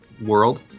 world